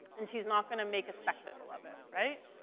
and she's not gonna make a spectacle of it, right?